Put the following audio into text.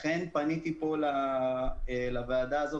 לכן פניתי לוועדה הזו,